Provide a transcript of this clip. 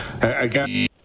again